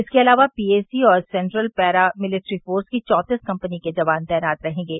इसके अलावा पीएसी और सेन्ट्रल पैरा मिलेट्री फोर्स की चौंतीस कम्पनी के जवान तैनात रहेंगे